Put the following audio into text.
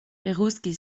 eguzki